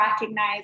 recognize